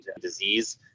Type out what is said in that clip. disease